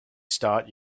start